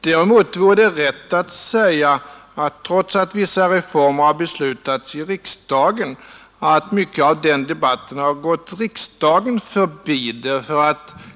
Däremot vore det rätt att säga att trots att vissa reformer har beslutats i riksdagen har mycket av debatten gått riksdagen förbi.